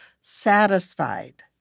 satisfied